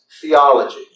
theology